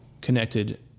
connected